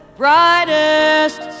brightest